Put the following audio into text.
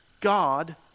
God